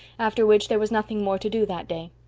after which there was nothing more to do that day.